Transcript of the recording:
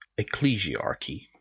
Ecclesiarchy